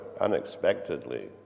unexpectedly